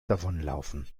davonlaufen